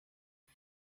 and